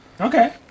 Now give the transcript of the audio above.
Okay